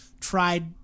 tried